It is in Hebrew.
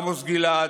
עמוס גלעד,